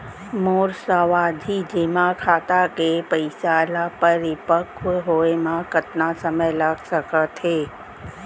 मोर सावधि जेमा खाता के पइसा ल परिपक्व होये म कतना समय लग सकत हे?